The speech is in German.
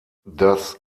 das